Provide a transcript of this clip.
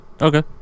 Okay